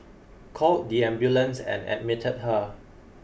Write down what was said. called the ambulance and admitted her